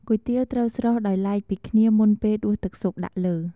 គុយទាវត្រូវស្រុះដោយឡែកពីគ្នាមុនពេល ដួសទឹកស៊ុបដាក់លើ។